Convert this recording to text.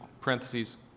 parentheses